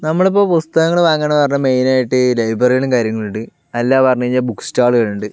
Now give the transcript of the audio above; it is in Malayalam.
നമ്മൾ ഇപ്പോൾ പുസ്തകങ്ങൾ വാങ്ങണം എന്ന് പറഞ്ഞാൽ മെയിനായിട്ട് ലൈബ്രറിയിലും കാര്യങ്ങളും ഉണ്ട് അല്ല പറഞ്ഞു കഴിഞ്ഞാൽ ബുക്ക് സ്റ്റാളുകളുണ്ട്